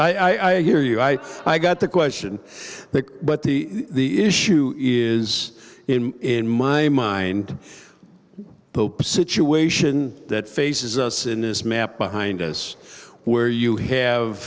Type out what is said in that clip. yes i hear you i i got the question the but the the issue is in in my mind the situation that faces us in this map behind us where you have